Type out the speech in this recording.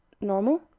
normal